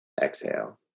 exhale